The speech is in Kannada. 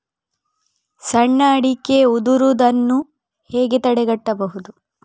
ಸಣ್ಣ ಅಡಿಕೆ ಉದುರುದನ್ನು ಹೇಗೆ ತಡೆಗಟ್ಟಬಹುದು?